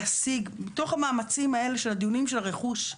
להשיג בתוך המאמצים האלה של הדיונים של הרכוש,